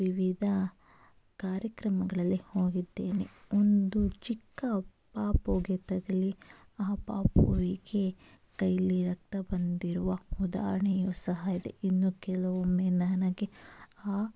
ವಿವಿಧ ಕಾರ್ಯಕ್ರಮಗಳಲ್ಲಿ ಹೋಗಿದ್ದೇನೆ ಒಂದು ಚಿಕ್ಕ ಪಾಪುವಿಗೆ ತಗಲಿ ಆ ಪಾಪುವಿಗೆ ಕೈಲಿ ರಕ್ತ ಬಂದಿರುವ ಉದಾಹರಣೆಯೂ ಸಹ ಇದೆ ಇನ್ನು ಕೆಲವೊಮ್ಮೆ ನನಗೆ ಆ